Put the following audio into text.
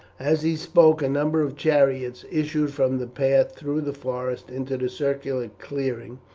as he spoke a number of chariots issued from the path through the forest into the circular clearing,